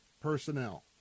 personnel